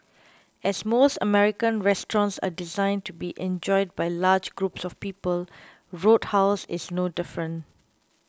as most American restaurants are designed to be enjoyed by large groups of people Roadhouse is no different